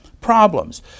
problems